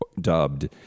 dubbed